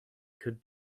could